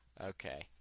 Okay